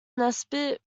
nesbit